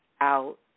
out